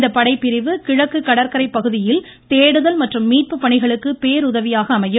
இந்த படைபிரிவு கிழக்கு கடற்கரை பகுதியில் தேடுதல் மற்றும் மீட்பு பணிகளுக்கு பேருதவியாக அமையும்